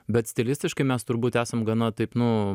bet stilistiškai mes turbūt esam gana taip nu